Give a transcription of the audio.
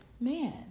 man